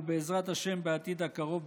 ובעזרת השם בעתיד הקרוב,